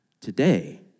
today